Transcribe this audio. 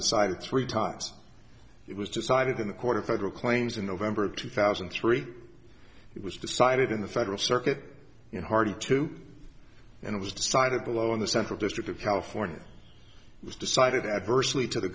decided three times it was decided in the court of federal claims in november of two thousand and three it was decided in the federal circuit you know party to and it was decided below in the central district of california it was decided adversely to the